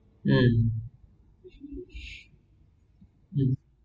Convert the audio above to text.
um